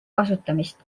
kasutamist